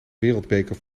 wereldbeker